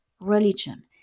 religion